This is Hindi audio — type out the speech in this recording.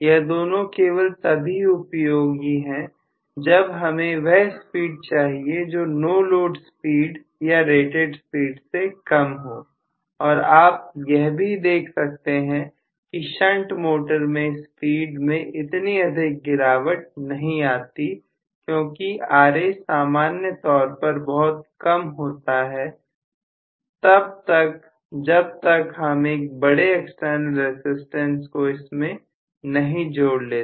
यह दोनों केवल तभी उपयोगी है जब हमें वह स्पीड चाहिए जो नो लोड स्पीड या रेटेड स्पीड से कम हो और आप यह भी देख सकते हैं कि शंट मोटर में स्पीड में इतनी अधिक गिरावट नहीं आती क्योंकि Ra सामान्य तौर पर बहुत कम होता है तब तक जब तक हम एक बड़े एक्सटर्नल रसिस्टेंस को इसमें नहीं जोड़ लेते